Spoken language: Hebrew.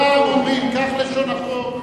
פעם אומרים כך לשון החוק,